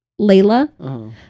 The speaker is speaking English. Layla